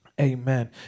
Amen